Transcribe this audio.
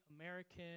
American